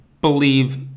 believe